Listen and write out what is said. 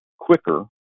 quicker